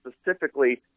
specifically